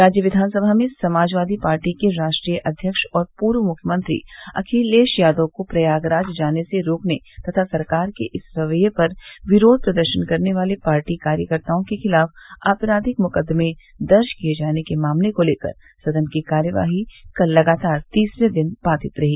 राज्य विधानसभा में समाजवादी पार्टी के राष्ट्रीय अध्यक्ष और पूर्व मुख्यमंत्री अखिलेश यादव को प्रयागराज जाने से रोकने तथा सरकार के इस रवैये पर विरोध प्रदर्शन करने वाले पार्टी कार्यकर्ताओं के खिलाफ आपराधिक मुकदमे दर्ज किये जाने के मामले को लेकर सदन की कार्यवाही कल लगातार तीसरे दिन बाधित रही